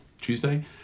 tuesday